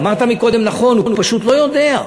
אמרת קודם נכון, הוא פשוט לא יודע.